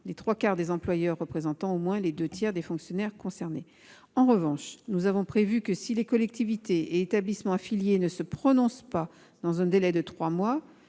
les trois quarts des employeurs représentant au moins les deux tiers des fonctionnaires. En revanche, nous avons prévu que, si les collectivités territoriales et établissements affiliés ne se prononcent pas dans un délai de trois mois,